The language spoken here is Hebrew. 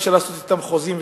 אפשר לעשות אתה חוזים,